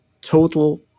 total